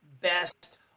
best